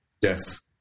Yes